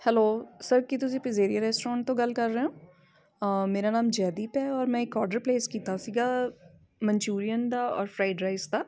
hello sir ਕੀ ਤੁਸੀਂ pizzeria restaurant ਤੋਂ ਗੱਲ ਕਰ ਰਹੇ ਹੋ ਮੇਰਾ ਨਾਮ ਜੈਦੀਪ ਹੈ ਔਰ ਮੈਂ ਇੱਕ ਔਡਰ ਪਲੇਸ ਕੀਤਾ ਸੀਗਾ ਮਨਚੂਰੀਅਨ ਦਾ ਔਰ ਫਰਾਈਡ ਰਾਈਸ ਦਾ